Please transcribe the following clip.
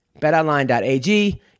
BetOnline.ag